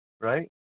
right